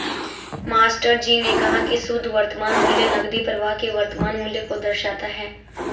मास्टरजी ने कहा की शुद्ध वर्तमान मूल्य नकदी प्रवाह के वर्तमान मूल्य को दर्शाता है